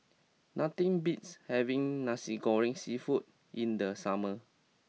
nothing beats having Nasi Goreng seafood in the summer